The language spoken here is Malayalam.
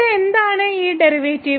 ഇവിടെ എന്താണ് ഈ ഡെറിവേറ്റീവ്